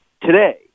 today